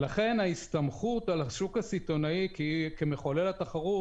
לכן ההסתמכות על השוק הסיטונאי כמחולל התחרות,